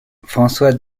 françois